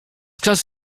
czas